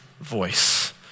voice